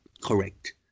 correct